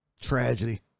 tragedy